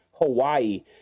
Hawaii